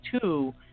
two